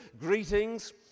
greetings